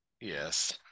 yes